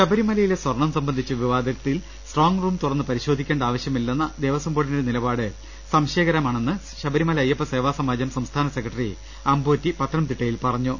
ശബരിമലയിലെ സ്വർണം സംബന്ധിച്ച വിവാദത്തിൽ സ്ട്രോങ്ങ് റൂം തുറന്നു പരിശോധിക്കേണ്ട ആവശ്യമില്ലെന്ന ദേവസ്വം ബോർഡിന്റെ നിലപാട് സംശയകരമാണെന്ന് ശബരിമല അയ്യപ്പ സേവാ സമാജം സംസ്ഥാന സെക്രട്ടറി അമ്പോറ്റി പത്തനംതിട്ടയിൽ പറഞ്ഞു